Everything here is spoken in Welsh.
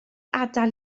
adael